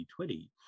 2020